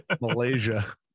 malaysia